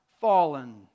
fallen